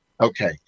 Okay